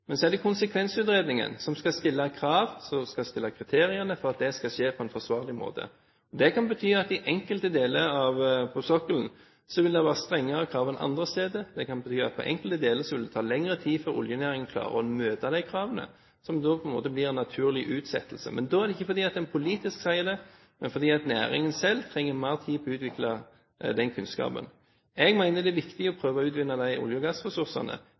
Men så er det konsekvensutredningen som skal stille krav, og som skal sette kriteriene for at det skal skje på en forsvarlig måte. Det kan bety at på enkelte deler av sokkelen vil det være strengere krav enn andre steder. Det kan bety at på enkelte deler vil det ta lengre tid før oljenæringen klarer å møte de kravene som da på en måte blir en naturlig utsettelse. Da er det ikke fordi en politisk sier det, men fordi næringen selv trenger mer tid på å utvikle den kunnskapen. Jeg mener det er viktig å prøve å utvinne de olje- og gassressursene.